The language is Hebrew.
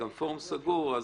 גם פורום סגור,